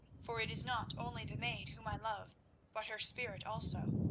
for it is not only the maid whom i love, but her spirit also.